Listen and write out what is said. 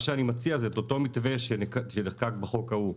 מה שאני מציע זה את אותו מתווה שנחקק בחוק ההוא.